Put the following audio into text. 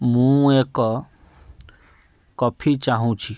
ମୁଁ ଏକ କଫି ଚାହୁଁଛି